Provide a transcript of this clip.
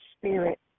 spirit